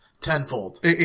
tenfold